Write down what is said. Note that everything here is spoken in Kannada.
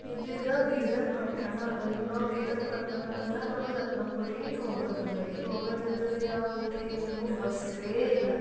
ಇದು ಈಗ ಬೀದರ್ ಪಟ್ಟಣ ಇದೆ ಈಗ ನಾವು ಬೀದರ್ ಪಟ್ಟಣದಾಗೆ ನಮಗೆ ರತ್ನಪುರಿ ಹೋಗೋದ್ ಇದೆ ರೀ ಹೋಗೋದ್ ಇದ್ದರೆ ಈಗ ಊರಿಗೇನು ಬಸ್ಸೇ ಇಲ್ಲ